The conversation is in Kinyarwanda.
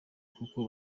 kuko